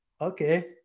okay